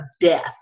death